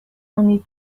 only